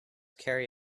carry